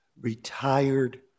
retired